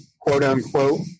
quote-unquote